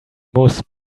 most